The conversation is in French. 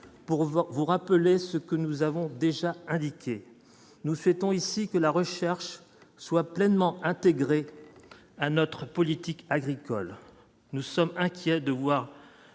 pour vous rappeler ce que nous avons déjà indiqué, nous souhaitons ici que la recherche soit pleinement intégrée à notre politique agricole, nous sommes inquiets de voir